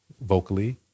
vocally